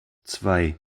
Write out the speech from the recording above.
zwei